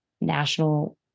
national